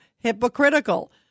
hypocritical